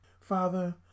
Father